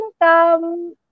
income